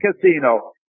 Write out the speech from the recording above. Casino